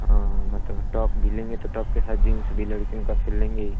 हाँ मतलब टॉप भी लेंगे तो टॉप के साथ जींस भी लड़कियों का फिर लेंगे ही